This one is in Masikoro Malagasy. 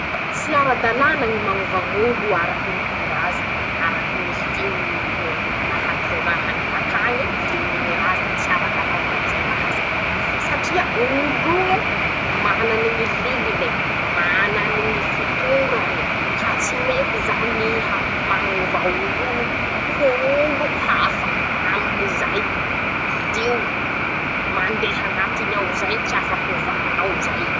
Tsy ara-dalàna ñy mañova ñ'olo araky ñy razany, araky ñy liony, nahaterahany bakañe, liony ñy razany tsy ara-dalàna zay raha zay, satria oloñe mana ñy liline, manany ñy fotorane, ka tsy mety zany iha, mañovany oloñe ho olo hafa, amin'izay lio mandeha añatiny ao zay tsy afaky ovanao zay.